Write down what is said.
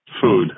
Food